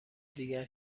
دیگر